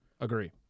Agree